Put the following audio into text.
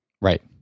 Right